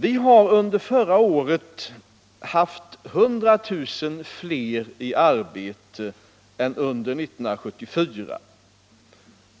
Vi har under förra året haft 100 000 fler i arbete än under 1974,